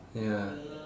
ya